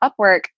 upwork